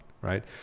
right